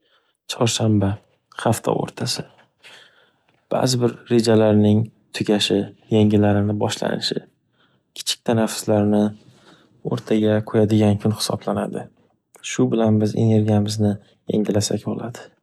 Chorshanba hafta o’rtasi. Bazi bir rejalarning tugashi yangilarning boshlanishi. Kichik tanafuslarni o’rtaga qo’yadigan kun hisoplanadi. Shu bilan bizning energiyamizni yangilasak bo’ladi.